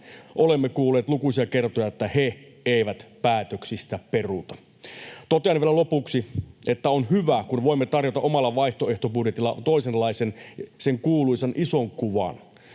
olemme kuulleet lukuisia kertoja, että he eivät päätöksistä peruuta. Totean vielä lopuksi, että on hyvä, kun voimme tarjota omalla vaihtoehtobudjetillamme toisenlaisen, sen kuuluisan ison kuvan